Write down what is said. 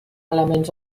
elements